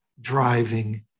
driving